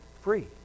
free